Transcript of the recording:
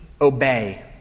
obey